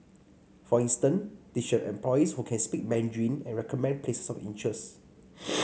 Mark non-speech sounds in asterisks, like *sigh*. for instance they should have employees who can speak Mandarin and recommend places of interest *noise*